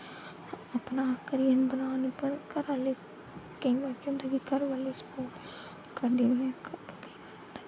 अपना कैरियर बनान पर घरै आह्ले केईं बारी केह् होंदा कि घर आह्लें सपोर्ट करदे निं ऐ